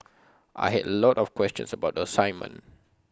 I had A lot of questions about the assignment